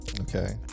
okay